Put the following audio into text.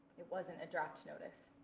it wasn't a draft notice.